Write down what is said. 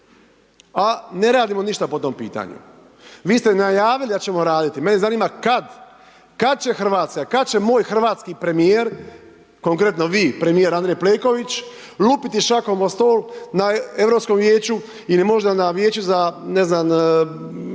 a ne radimo ništa po tom pitanju. Vi ste najavili da ćemo raditi, mene zanima kad, kad će Hrvatska, kad će moj hrvatski premijer, konkretno vi, premijer Andrej Plenković, lupiti šakom o stol na Europskom vijeću ili možda na Vijeću za, ne znam